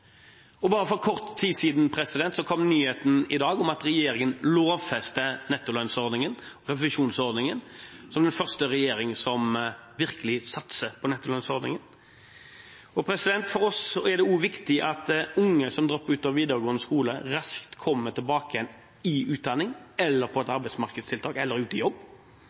bare kort tid siden kom nyheten om at regjeringen lovfester nettolønnsordningen, som den første regjering som virkelig satser på nettolønnsordningen. For oss er det også viktig at unge som dropper ut av videregående skole, raskt kommer tilbake igjen i utdanning, på et arbeidsmarkedstiltak eller i jobb.